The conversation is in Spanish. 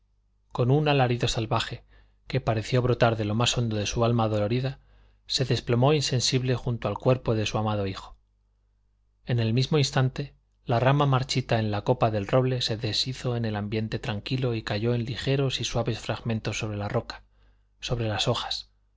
con un alarido salvaje que pareció brotar de lo más hondo de su alma dolorida se desplomó insensible junto al cuerpo de su amado hijo en el mismo instante la rama marchita en la copa del roble se deshizo en el ambiente tranquilo y cayó en ligeros y suaves fragmentos sobre la roca sobre las hojas